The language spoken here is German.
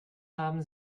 haben